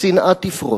השנאה תפרוץ.